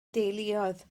deuluoedd